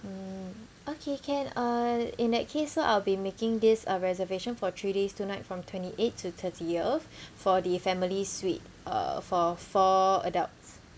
mm okay can uh in that case so I'll be making this uh reservation for three days two night from twenty eight to thirtieth for the family suite uh for four adults